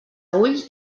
ulls